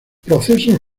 procesos